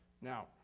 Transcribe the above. Now